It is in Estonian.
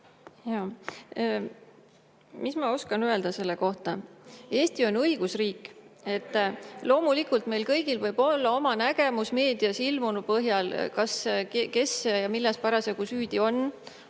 Mis ma oskan öelda selle kohta? Eesti on õigusriik. Loomulikult, meil kõigil võib olla oma nägemus meedias ilmunu põhjal, kas, kes ja milles parasjagu süüdi on.